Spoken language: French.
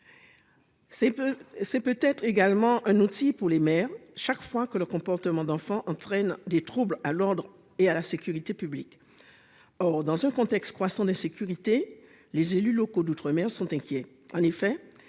c'est peut être également un outil pour les mères. Chaque fois que le comportement d'enfant entraîne des troubles à l'ordre et à la sécurité publique. Or, dans ce contexte croissant d'insécurité. Les élus locaux d'outre-mer sont inquiets en effet